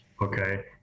Okay